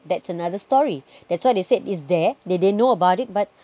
that's another story that's why they said its there they they know about it but